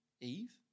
Eve